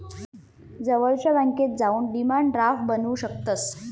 जवळच्या बॅन्केत जाऊन डिमांड ड्राफ्ट बनवू शकतंस